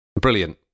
Brilliant